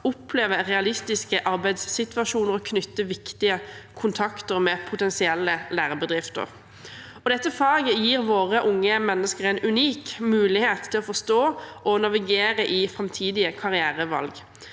oppleve realistiske arbeidssituasjoner og knytte viktige kontakter med potensielle lærebedrifter. Dette faget gir våre unge mennesker en unik mulighet til å forstå og navigere i framtidige karrierevalg.